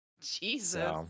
Jesus